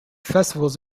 festivals